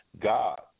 God